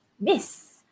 miss